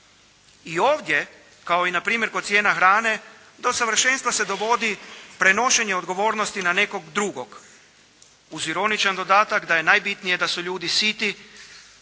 I ovdje kao i npr. kod cijena hrane do savršenstva se dovodi prenošenje odgovornosti na nekog drugog, uz ironičan dodatak da je najbitnije da su ljudi siti,